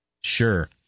Sure